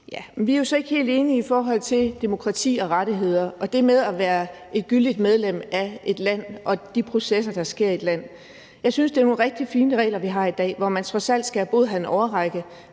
vi er jo så ikke helt enige i forhold til demokrati og rettigheder og det med at være et gyldigt medlem af et land og de processer, der sker i et land. Jeg synes, det er nogle rigtig fine regler, vi har i dag, hvor man trods alt skal have boet her en årrække,